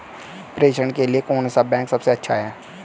प्रेषण के लिए कौन सा बैंक सबसे अच्छा है?